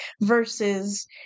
versus